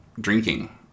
drinking